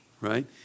Right